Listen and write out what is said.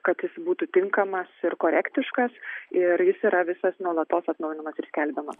kad jis būtų tinkamas ir korektiškas ir jis yra visas nuolatos atnaujinamas ir skelbiamas